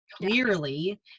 clearly